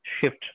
shift